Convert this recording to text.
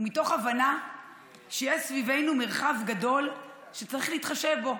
מתוך הבנה שיש סביבנו מרחב גדול שצריך להתחשב בו.